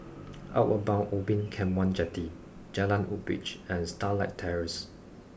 Outward Bound Ubin Camp one Jetty Jalan Woodbridge and Starlight Terrace